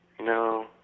No